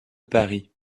paris